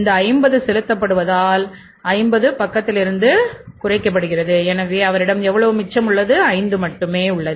இந்த 50 செலுத்தப்படுவதால் 50 பக்கத்திலிருந்து குறைக்கப்படுகிறது எனவே அவரிடம் எவ்வளவு மிச்சம் உள்ளது 5 மட்டுமே உள்ளது